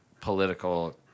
political